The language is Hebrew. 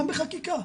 גם בחקיקה,